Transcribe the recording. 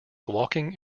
walking